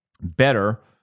better